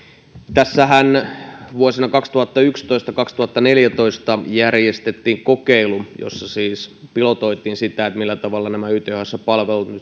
tässähän vuosina kaksituhattayksitoista viiva kaksituhattaneljätoista järjestettiin kokeilu jossa siis pilotoitiin sitä millä tavalla nämä ythsn palvelut